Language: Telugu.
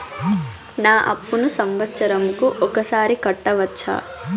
నా అప్పును సంవత్సరంకు ఒకసారి కట్టవచ్చా?